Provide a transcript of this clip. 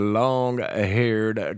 long-haired